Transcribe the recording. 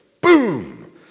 boom